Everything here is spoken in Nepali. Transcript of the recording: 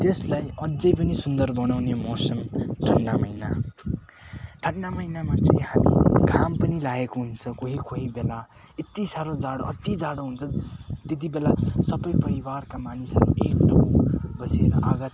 त्यसलाई अझै पनि सुन्दर बनाउने मौसम ठन्डा महिना ठन्डा महिनामा चाहिँ हामी घाम पनि लागेको हुन्छ कोही कोही बेला यति साह्रो जाडो अति जाडो हुन्छ त्यति बेला सबै परिवारका मानिसहरू एक ग्रुप बसेर आगो